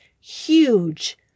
huge